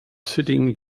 sitting